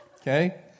okay